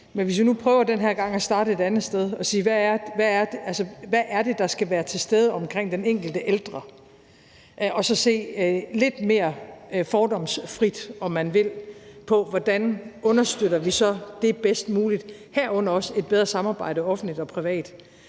det er ikke en helt let opgave – og sige, hvad det er, der skal være til stede omkring den enkelte ældre, og så se lidt mere fordomsfrit, om man vil, på, hvordan vi så understøtter det bedst muligt, herunder også et bedre samarbejde mellem offentligt og privat